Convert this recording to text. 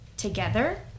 together